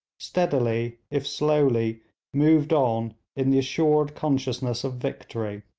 steadily if slowly moved on in the assured consciousness of victory.